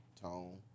Tone